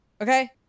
Okay